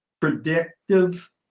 predictive